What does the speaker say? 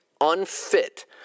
unfit